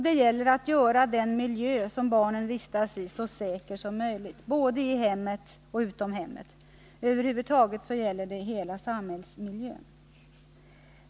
Det gäller att göra den miljö som barnen vistas i så säker som möjligt, både i och utom hemmet. Det gäller över huvud taget miljön i vårt samhälle.